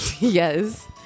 Yes